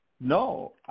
No